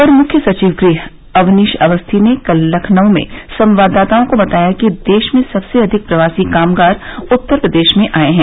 अपर मुख्य सचिव गृह अवनीश अवस्थी ने कल लखनऊ में संवाददाताओं को बताया कि देश में सबसे अधिक प्रवासी कामगार उत्तर प्रदेश में आये हैं